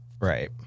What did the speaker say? Right